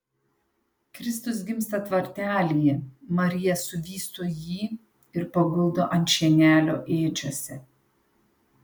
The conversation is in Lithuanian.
kristus gimsta tvartelyje marija suvysto jį ir paguldo ant šienelio ėdžiose